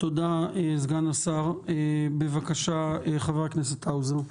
תודה סגן השר, בבקשה חבר הכנסת האוזר.